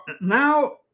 now